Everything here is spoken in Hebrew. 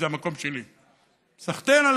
כי זה המקום שלי.